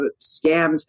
scams